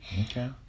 Okay